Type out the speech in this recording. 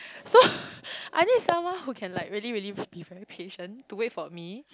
so I need someone who can like really really be very patient to wait for me